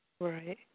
Right